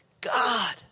God